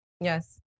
Yes